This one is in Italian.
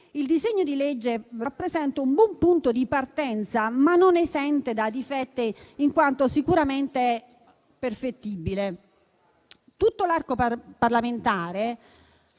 il disegno di legge rappresenta un buon punto di partenza, ma non è esente da difetti, in quanto sicuramente perfettibile. Tutto l'arco parlamentare